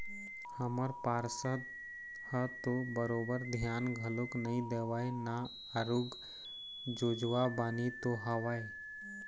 हमर पार्षद ह तो बरोबर धियान घलोक नइ देवय ना आरुग जोजवा बानी तो हवय